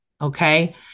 okay